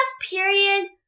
period